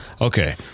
okay